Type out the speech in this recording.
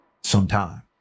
sometime